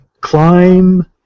climb